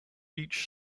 each